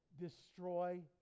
Destroy